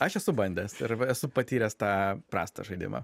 aš esu bandęs ir esu patyręs tą prastą žaidimą